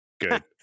Good